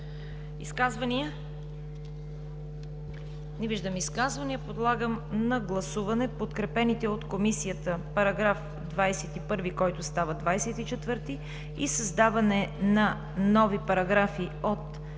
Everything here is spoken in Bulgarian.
Изказвания? Не виждам изказвания. Подлагам на гласуване подкрепените от Комисията § 21, който става 24, и създаване на нови параграфи от